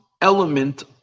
element